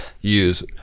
use